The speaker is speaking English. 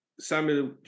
Samuel